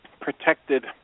protected